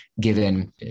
given